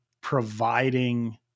providing